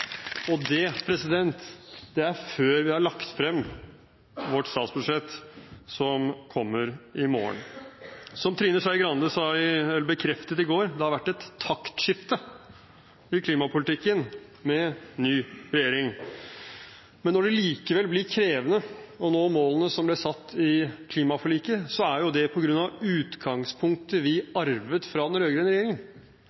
Og alt dette er før vi har lagt frem vårt statsbudsjett, som kommer i morgen. Som Trine Skei Grande bekreftet i går: Det har vært et taktskifte i klimapolitikken med ny regjering. Men når det likevel blir krevende å nå målene som ble satt i klimaforliket, er det på grunn av utgangspunktet vi